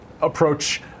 approach